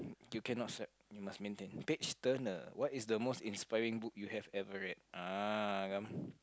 you cannot s~ you must maintain page turner what is the most inspiring book you have ever read ah come